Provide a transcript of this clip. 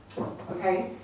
Okay